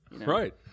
Right